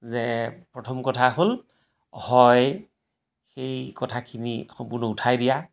যে প্ৰথম কথা হ'ল হয় সেই কথাখিনি সম্পূৰ্ণ উঠাই দিয়া